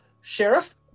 Sheriff